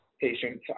patients